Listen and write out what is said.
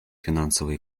финансовой